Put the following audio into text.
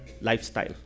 lifestyle